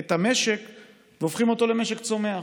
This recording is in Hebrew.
את המשק והופכים אותו למשק צומח.